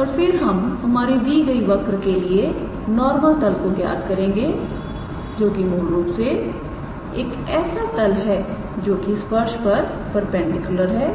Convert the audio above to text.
और फिर हम हमारी दी गई वक्र के लिए नॉर्मल तल को ज्ञात करेंगेजोकि मूल रूप से एक ऐसा तल है जोकि स्पर्श पर परपेंडिकुलर है